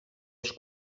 els